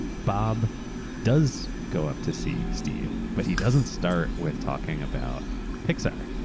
bob does go up to see steve, but he doesnaeurt start with talking about pixar.